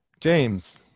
James